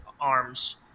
arms